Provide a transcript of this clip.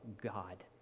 God